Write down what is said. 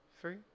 free